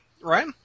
right